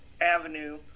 Avenue